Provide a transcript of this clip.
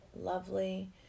lovely